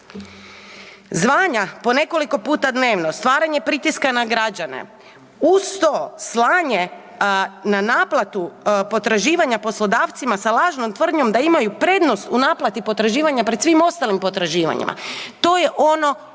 Zvanja po nekoliko puta dnevno, stvaranje pritiska na građane, uz to slanje na naplatu potraživanja poslodavcima sa lažnom tvrdnjom da imaju prednost u naplati potraživanja pred svim ostalim potraživanjima, to je ono